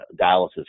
dialysis